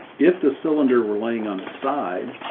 if the cylinder were laying on its side,